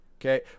Okay